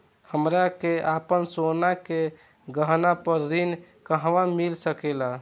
हमरा के आपन सोना के गहना पर ऋण कहवा मिल सकेला?